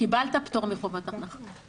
קיבלת על זה פטור מחובת הנחה,